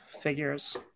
figures